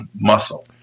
muscle